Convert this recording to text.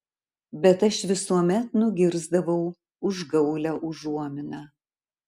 bet aš visuomet nugirsdavau užgaulią užuominą